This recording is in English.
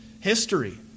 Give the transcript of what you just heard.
history